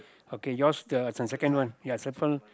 okay yours the second one ya this one